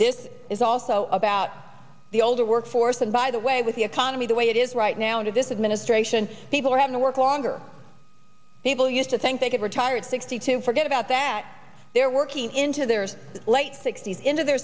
this is also about the older workforce and by the way with the economy the way it is right now under this administration people are having to work longer people used to think they could retire at sixty two forget about that they're working into their late sixt